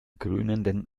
krönenden